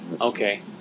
Okay